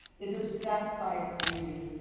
is obsessed by its beauty.